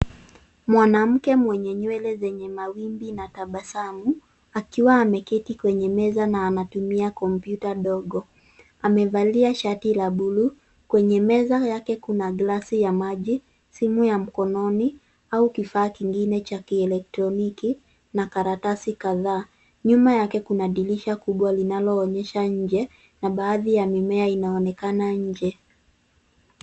Mwanamke mwenye nywele zenye mawimbi na tabasamu akiwa ameketi kwenye meza na anatumia kompyuta dogo amevalia shati la buluu ,kwenye meza yake kuna glasi ya maji ,simu ya mkononi au kifaa kingine cha kielektroniki na karatasi kadhaa, nyuma yake kuna dirisha kubwa linaloonyesha nje na baadhi ya mimea inaonekana nje.